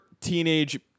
teenage